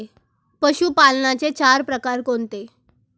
पशुपालनाचे चार प्रकार कोणते?